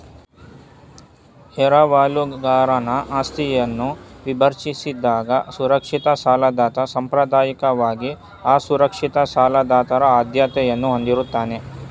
ಎರವಲುಗಾರನ ಆಸ್ತಿಯನ್ನ ವಿಭಜಿಸಿದಾಗ ಸುರಕ್ಷಿತ ಸಾಲದಾತ ಸಾಂಪ್ರದಾಯಿಕವಾಗಿ ಅಸುರಕ್ಷಿತ ಸಾಲದಾತರ ಆದ್ಯತೆಯನ್ನ ಹೊಂದಿರುತ್ತಾರೆ